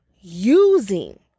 using